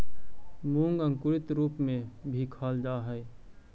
मूंग अंकुरित रूप में भी खाल जा हइ